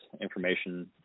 information